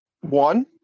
One